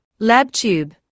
LabTube